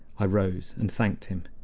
i rose and thanked him.